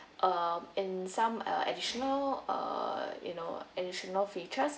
uh and some uh additional uh you know additional features